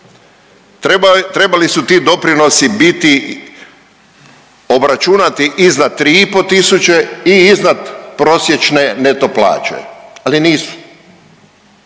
Trebali su ti doprinosi biti obračunati iznad 3,5 tisuće i iznad prosječne neto plaće, ali nisu.